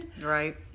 right